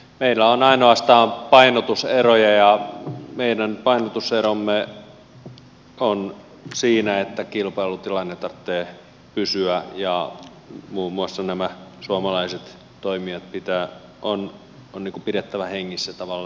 meillä on ainoastaan painotuseroja ja meidän painotuseromme on siinä että kilpailutilanteen tarvitsee pysyä ja muun muassa nämä suomalaiset toimijat on pidettävä hengissä tavalla tai toisella